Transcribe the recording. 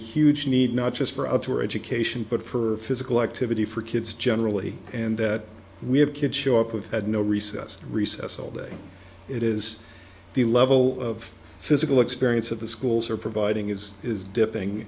huge need not just for up to education but for physical activity for kids generally and that we have kids show up with had no recess recess all day it is the level of physical experience of the schools are providing is is dipping